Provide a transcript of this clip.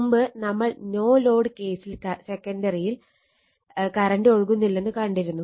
മുമ്പ് നമ്മൾ no load കേസിൽ സെക്കൻഡറിയിൽ കറണ്ട് ഒഴുകുന്നില്ലെന്ന് കണ്ടിരുന്നു